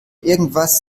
irgendwas